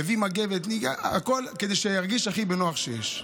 הביא מגבת, ניקה, הכול כדי שארגיש הכי בנוח שיש.